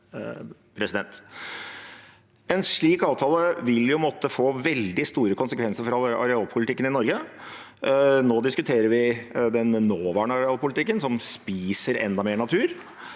En slik avtale vil måtte få veldig store konsekvenser for arealpolitikken i Norge. Nå diskuterer vi den nåværende arealpolitikken som spiser enda mer natur.